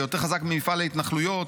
ויותר חזק ממפעל ההתנחלויות.